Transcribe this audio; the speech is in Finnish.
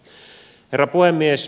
herra puhemies